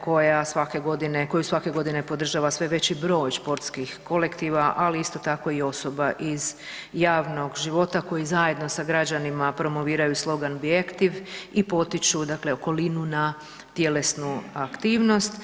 koju svak godine podržava sve veći broj športskih kolektiva ali isto tako i osoba iz javnog života koji zajedno sa građanima promoviraju slogan „Be Active“ i potiču dakle okolinu na tjelesnu aktivnost.